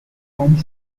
home